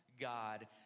God